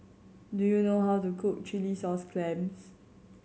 do you know how to cook chilli sauce clams